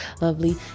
lovely